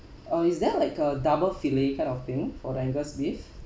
uh is there like a double fillet kind of thing for the angus beef